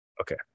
Okay